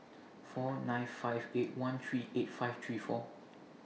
four nine five eight one three eight five three four